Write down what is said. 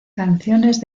canciones